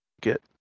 get